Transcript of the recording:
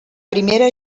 primera